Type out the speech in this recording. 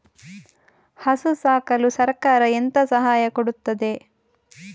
ಹಸು ಸಾಕಲು ಸರಕಾರ ಎಂತ ಸಹಾಯ ಕೊಡುತ್ತದೆ?